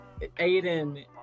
Aiden